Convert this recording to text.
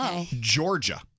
Georgia